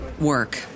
work